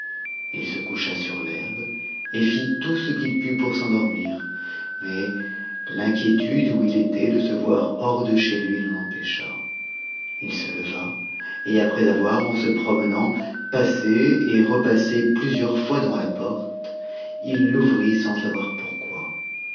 if se coucha sur l'herbe et fit tout ce qu'il put pour s'endormir mais l'inquiétude où il était de se voir hors de chez lui l'en empêcha h se leva et après avoir en se promenant passé et repassé plusieurs fois devaut la porte il rouvrit sans savoir pourquoi